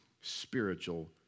spiritual